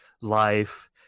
life